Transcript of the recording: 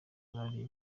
bari